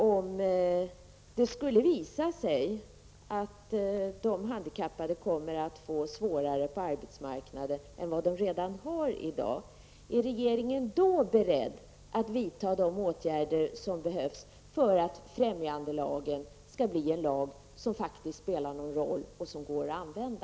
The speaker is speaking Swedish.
Om det skulle visa sig att det blir svårare för de handikappade på arbetsmarknaden än det är i dag, är då regeringen beredd att vidta de åtgärder som behövs för att främjandelagen skall bli en lag som faktiskt spelar en roll och som det går att använda?